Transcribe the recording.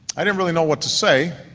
i didn't really know what to say.